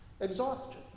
exhaustion